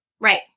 Right